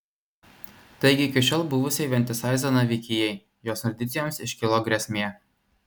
taigi iki šiol buvusiai vientisai zanavykijai jos tradicijoms iškilo grėsmė